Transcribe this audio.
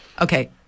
Okay